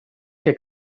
que